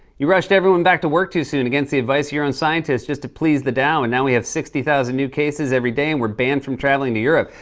you rushed everyone back to work too soon against the advice of your own scientists just to please the dow, and now we have sixty thousand new cases every day and we're banned from traveling to europe.